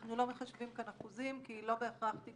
אנחנו לא מחשבים כאן אחוזים כי לא בהכרח תיק